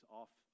off